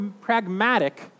pragmatic